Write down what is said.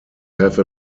have